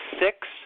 six